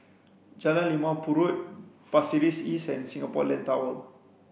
Jalan Limau Purut Pasir Ris East and Singapore Land Tower